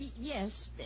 Yes